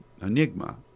enigma